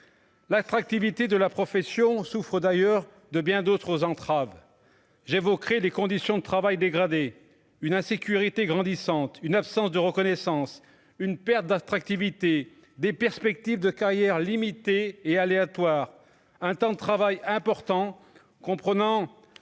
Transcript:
l'attractivité de la profession souffre d'ailleurs de bien d'autres entraves j'évoquerai les conditions de travail dégradées, une insécurité grandissante, une absence de reconnaissance, une perte d'attractivité des perspectives de carrière limitée et aléatoire, un temps de travail important comprenant